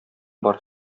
бар